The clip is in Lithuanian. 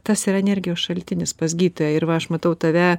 tas yra energijos šaltinis pas gytoją ir va aš matau tave